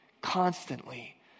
constantly